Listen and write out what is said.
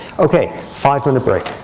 ok, five minute break.